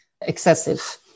excessive